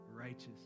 righteous